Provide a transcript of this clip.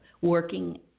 working